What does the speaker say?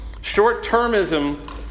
Short-termism